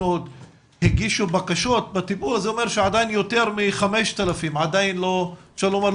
שהגישו בקשות זה אומר שעדיין יותר מ-5,000 לא מאותרים.